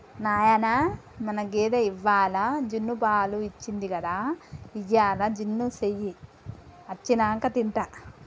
నాయనా మన గేదె ఇవ్వాల జున్నుపాలు ఇచ్చింది గదా ఇయ్యాల జున్ను సెయ్యి అచ్చినంక తింటా